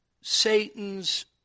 Satan's